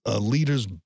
leaders